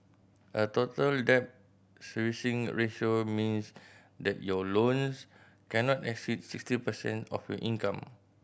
a Total Debt Servicing Ratio means that your loans cannot exceed sixty percent of your income